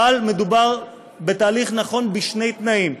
אבל מדובר בתהליך נכון בשני תנאים: